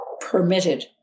permitted